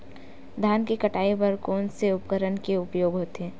धान के कटाई बर कोन से उपकरण के उपयोग होथे?